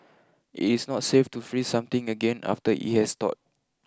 it is not safe to freeze something again after it has thawed